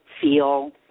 feel